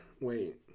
Wait